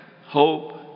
hope